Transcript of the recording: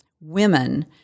women